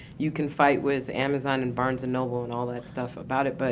you can fight with amazon and barnes and noble and all that stuff about it, but